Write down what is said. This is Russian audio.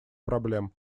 проблем